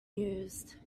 used